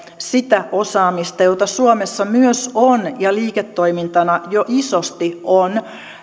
sitä osaamista jota suomessa myös on ja liiketoimintana jo isosti on